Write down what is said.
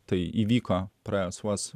tai įvyko praėjus vos